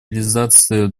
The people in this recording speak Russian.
реализация